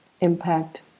impact